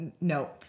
no